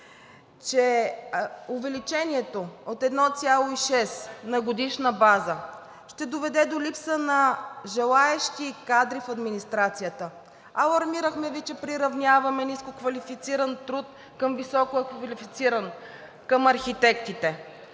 че увеличението от 1,6 на годишна база ще доведе до липса на желаещи кадри в администрацията. Алармирахме Ви, че приравняваме нискоквалифициран труд към висококвалифициран – към архитектите.